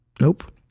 Nope